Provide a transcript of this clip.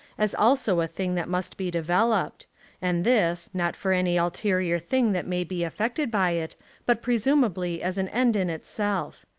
as also a thing that must be developed and this, not for any ulterior thing that may be effected by it but presumably as an end in itself.